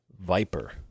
Viper